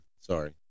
Sorry